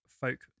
folk